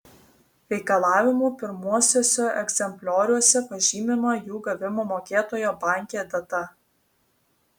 reikalavimų pirmuosiuose egzemplioriuose pažymima jų gavimo mokėtojo banke data